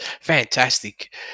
fantastic